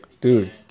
dude